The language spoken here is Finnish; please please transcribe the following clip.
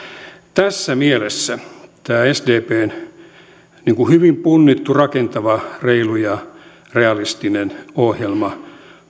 tässä mielessä tämä sdpn hyvin punnittu rakentava reilu ja realistinen ohjelma